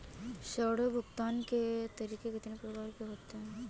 ऋण भुगतान के तरीके कितनी प्रकार के होते हैं?